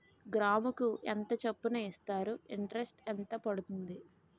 గ్రాముకి ఎంత చప్పున ఇస్తారు? ఇంటరెస్ట్ ఎంత పడుతుంది?